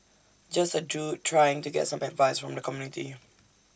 just A dude trying to get some advice from the community